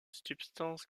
substance